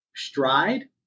stride